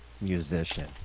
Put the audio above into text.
musician